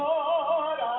Lord